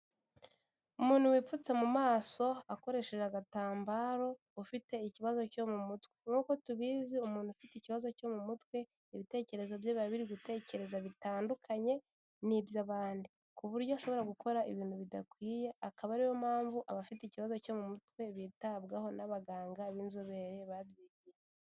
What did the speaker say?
Umuntu wipfutse mu maso akoresheje agatambaro ufite ikibazo cyo mu mutwe, nkuko tubizi umuntu ufite ikibazo cyo mu mutwe ibitekerezo bye biba biri gitekereza bitandukanye n'iby'abandi, ku buryo ashobora gukora ibintu bidakwiye akaba ari yo mpamvu abafite ikibazo cyo mu mutwe bitabwaho n'abaganga b'inzobere babyigiye.